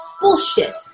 Bullshit